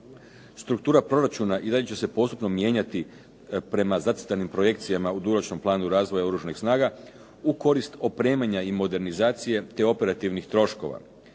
Struktura proračuna i dalje će se postupno mijenjati prema zacrtanim projekcijama u dugoročnom planu razvoja Oružanih snaga u korist opremanja i modernizacije te operativnih troškova